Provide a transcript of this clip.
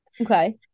Okay